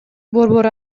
борбор